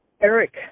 Eric